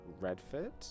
Redford